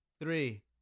three